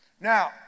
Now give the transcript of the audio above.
Now